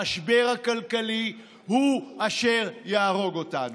המשבר הכלכלי הוא אשר יהרוג אותנו.